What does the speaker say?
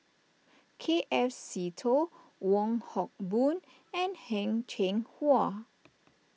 K F Seetoh Wong Hock Boon and Heng Cheng Hwa